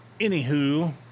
anywho